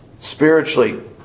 spiritually